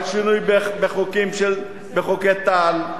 על שינוי בחוק טל,